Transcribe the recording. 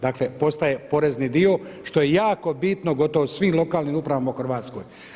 Dakle, postaje porezni dio što je jako bitno, gotovo svim lokalnim upravama u Hrvatskoj.